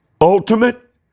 ultimate